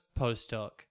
postdoc